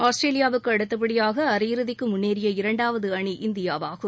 ஆஸ்திரேலியாவுக்கு அடுத்தபடியாக அரையிறுதிக்கு முன்னேறிய இரண்டாவது அணி இந்தியாவாகும்